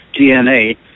DNA